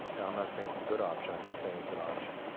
and i'm not saying it's a good option, i'm just saying it's an option.